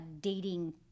dating